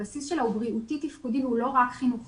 הבסיס שלה הוא בריאותי תפקודי והוא לא רק חינוכי.